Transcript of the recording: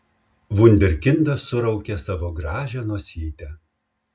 vunderkindas suraukė savo gražią nosytę